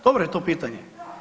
Dobro je to pitanje.